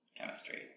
chemistry